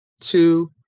two